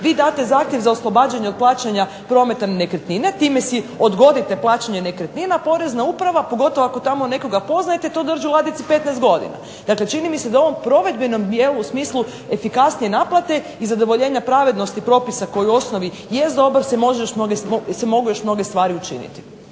Vi date zahtjev za oslobađanje od plaćanja prometa nekretnina, time si odgodite plaćanje nekretnina, porezna uprava pogotovo ako tamo nekoga poznajete to drži u ladici 15 godina. Dakle, čini mi se da u ovom provedbenom dijelu u smislu efikasnije naplate i zadovoljenja pravednosti propisa koji u osnovi jest dobar se mnoge stvari još